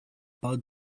bud